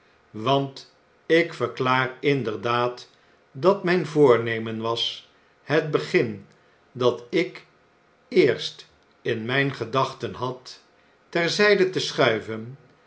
want ik verklaar inderdaad dat mijn voornemen was het begin dat ik eerst in myn gedachten had ter zyde te schuiven